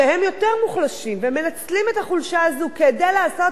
ומנצלים את החולשה הזאת כדי לעשות הון על גבם,